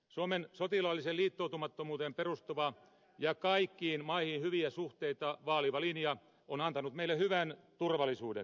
suomen sotilaalliseen liittoutumattomuuteen perustuva ja kaikkiin maihin hyviä suhteita vaaliva linja on antanut meille hyvän turvallisuuden